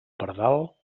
pardal